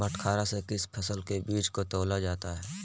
बटखरा से किस फसल के बीज को तौला जाता है?